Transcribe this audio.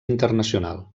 internacional